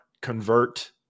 convert